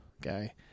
guy